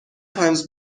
times